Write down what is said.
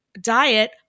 diet –